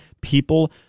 People